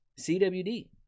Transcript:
CWD